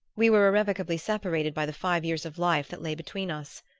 we were irrevocably separated by the five years of life that lay between us.